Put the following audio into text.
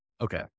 Okay